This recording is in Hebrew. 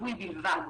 לגיבוי בלבד.